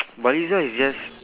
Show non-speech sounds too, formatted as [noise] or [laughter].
[noise] baliza is just